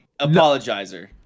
apologizer